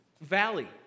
valley